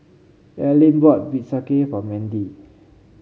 Allyn bought bistake for Mendy